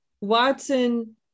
Watson